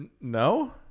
No